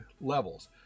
levels